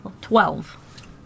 Twelve